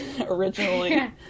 originally